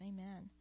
Amen